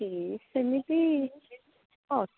fees ସେମିତି ଅଛି